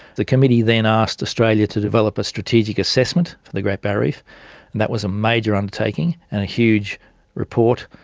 the committee then asked australia to develop a strategic assessment for the great barrier reef, and that was a major undertaking and a huge report,